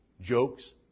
jokes